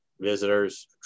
visitors